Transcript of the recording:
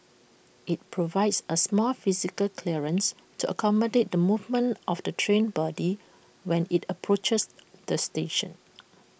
IT provides A small physical clearance to accommodate the movement of the train body when IT approaches the station